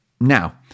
now